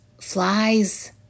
flies